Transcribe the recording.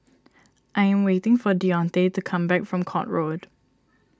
I am waiting for Deonte to come back from Court Road